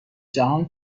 جهان